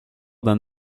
d’un